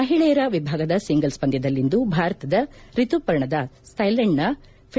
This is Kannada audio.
ಮಹಿಳೆಯರ ವಿಭಾಗದ ಸಿಂಗಲ್ಲ್ ಪಂದ್ಯದಲ್ಲಿಂದು ಭಾರತದ ರಿತುಪರ್ಣಾ ದಾಸ್ ಥೈಲ್ಯಾಂಡ್ನ ಫಿ